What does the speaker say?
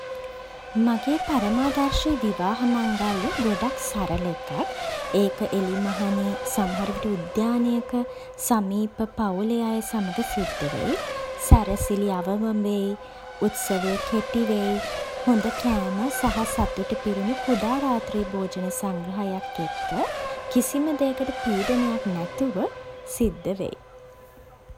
මගේ පරමාදර්ශී විවාහ මංගල්‍යය ගොඩක් සරල එකක්. ඒක එළිමහනේ, සමහරවිට උද්‍යානයක, සමීප පවුලේ අය සමග සිද්ධ වෙයි. සැරසිලි අවම වෙයි. උත්සවය කෙටි වෙයි. හොඳ කෑම සහ සතුට පිරුණු කුඩා රාත්‍රී භෝජන සංග්‍රහයක් එක්ක, කිසිම දේකට පීඩනයක් නැතුව සිද්ධ වෙයි.